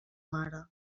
mare